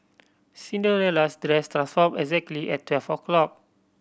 Cinderella's dress transformed exactly at twelve o'clock